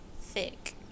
Thick